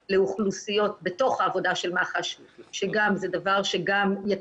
לאוכלוסיות בתוך העבודה של מח"ש שגם זה דבר שיטייב